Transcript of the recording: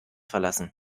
verlassen